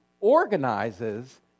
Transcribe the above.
organizes